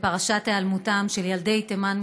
לפרשת היעלמותם של ילדי תימן,